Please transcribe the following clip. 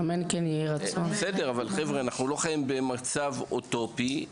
חברה, אנחנו לא חיים במצב אוטופי.